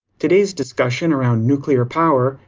today's discussion around nuclear power,